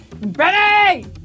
Ready